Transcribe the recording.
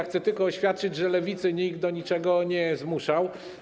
Chcę oświadczyć, że Lewicy nikt do niczego nie zmuszał.